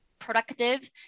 productive